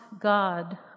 God